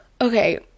okay